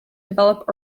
develop